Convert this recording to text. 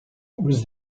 was